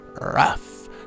Rough